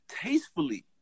Tastefully